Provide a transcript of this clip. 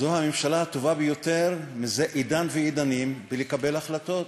זו הממשלה הטובה ביותר זה עידן ועידנים בקבלת החלטות,